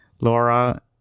Laura